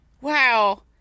Wow